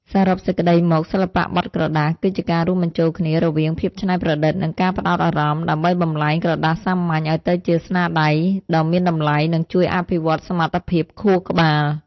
សរុបសេចក្ដីមក សិល្បៈបត់ក្រដាស គឺជាការរួមបញ្ចូលគ្នារវាងភាពច្នៃប្រឌិត និងការផ្ដោតអារម្មណ៍ ដើម្បីបំប្លែងក្រដាសសាមញ្ញឱ្យទៅជាស្នាដៃដ៏មានតម្លៃ និងជួយអភិវឌ្ឍសមត្ថភាពខួរក្បាល។